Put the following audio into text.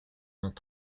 vingt